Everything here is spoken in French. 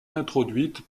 introduite